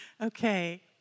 Okay